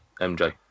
MJ